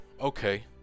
okay